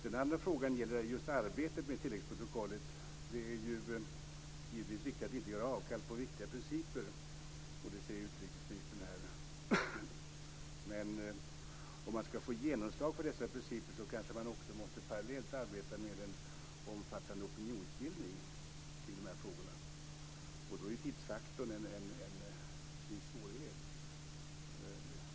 Den andra frågan gäller arbetet med tilläggsprotokollet. Det är givetvis viktigt att inte göra avkall på viktiga principer - det säger ju också utrikesministern här. Men om man skall få genomslag för dessa principer kanske man också parallellt måste arbeta med en omfattande opinionsbildning i de här frågorna. Då är tidsfaktorn en viss svårighet.